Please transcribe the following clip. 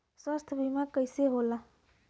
स्वास्थ्य बीमा कईसे होला?